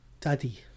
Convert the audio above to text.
daddy